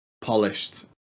polished